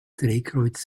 drehkreuz